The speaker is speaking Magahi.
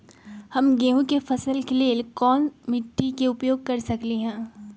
हम गेंहू के फसल के लेल कोन मिट्टी के उपयोग कर सकली ह?